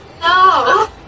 no